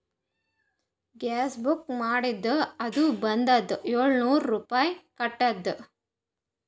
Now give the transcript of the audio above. ಗ್ಯಾಸ್ಗ book ಮಾಡಿದ್ದೆ ಅದು ಬಂದುದ ಏಳ್ನೂರ್ ರುಪಾಯಿ ಕಟ್ಟುದ್